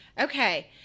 okay